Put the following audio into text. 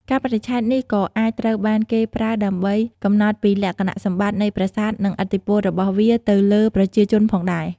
កាលបរិច្ឆេទនេះក៏អាចត្រូវបានគេប្រើដើម្បីកំណត់ពីលក្ខណៈសម្បត្តិនៃប្រាសាទនិងឥទ្ធិពលរបស់វាទៅលើប្រជាជនផងដែរ។